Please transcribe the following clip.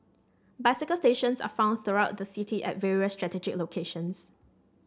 bicycle stations are found throughout the city at various strategic locations